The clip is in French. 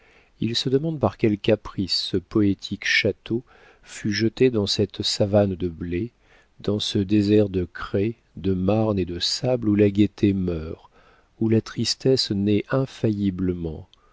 il se demande par quel caprice ce poétique château fut jeté dans cette savane de blé dans ce désert de craie de marne et de sables où la gaieté meurt où la tristesse naît infailliblement